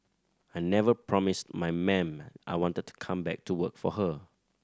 I never promised my ma'am I wanted to come back to work for her